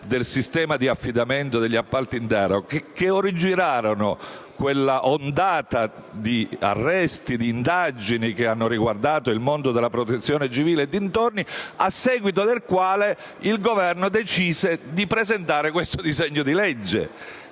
al sistema di affidamento degli appalti in deroga, sono esattamente quelli che originarono quell'ondata di arresti e indagini che hanno riguardato il mondo della Protezione civile e dintorni, a seguito del quale il Governo decise di presentare questo disegno di legge.